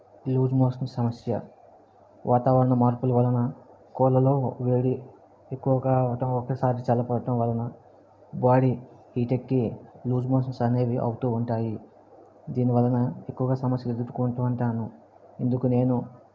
loose motions సమస్య వాతావరణ మార్పుల వలన కోళ్ళల్లో వేడి ఎక్కువగా అవటం ఒకేసారి చల్లపడటం వలన బాడీ హీట్ ఎక్కి లూస్ మోషన్స్ అనేవి అవుతు ఉంటాయి దీని వలన ఎక్కువగా సమస్యలు ఎదురుకుంటు ఉంటాను ఇందుకు నేను